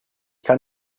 kann